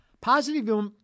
Positive